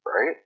Right